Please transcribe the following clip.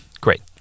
great